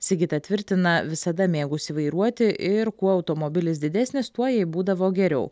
sigita tvirtina visada mėgusi vairuoti ir kuo automobilis didesnis tuo jai būdavo geriau